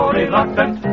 reluctant